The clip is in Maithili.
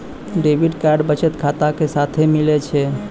डेबिट कार्ड बचत खाता के साथे मिलै छै